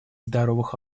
здоровых